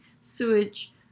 sewage